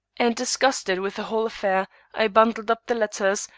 and disgusted with the whole affair i bundled up the letters,